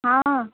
हा